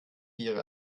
ihre